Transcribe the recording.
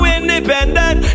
independent